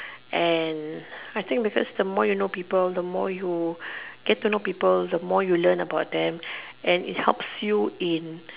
and I think because the more you know people the more you get to know people the more you learn about them and it helps you in